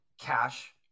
cash